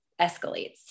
escalates